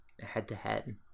head-to-head